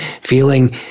feeling